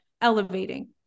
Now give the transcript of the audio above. elevating